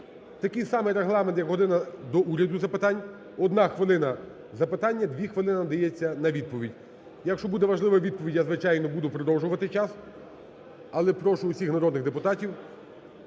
Такий самий регламент, як "година до Уряду запитань": одна хвилина – запитання, дві хвилини надається на відповідь. Якщо буде важлива відповідь, я, звичайно, буду продовжувати час, але прошу всіх народних депутатів